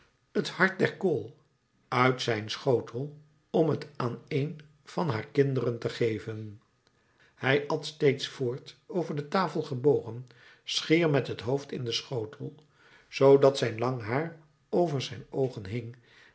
het hart der kool uit zijn schotel om t aan een van haar kinderen te geven hij at steeds voort over de tafel gebogen schier met het hoofd in den schotel zoodat zijn lang haar over zijn oogen hing